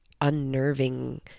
unnerving